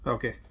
Okay